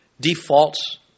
defaults